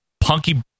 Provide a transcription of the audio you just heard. Punky